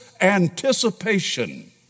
anticipation